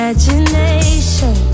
Imagination